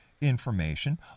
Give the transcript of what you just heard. information